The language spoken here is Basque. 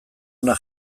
ona